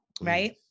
Right